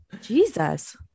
jesus